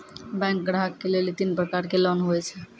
Bank ग्राहक के लेली तीन प्रकर के लोन हुए छै?